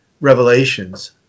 revelations